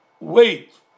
wait